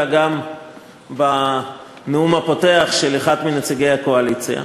אלא גם בנאום הפותח של אחד מנציגי הקואליציה,